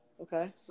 Okay